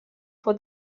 for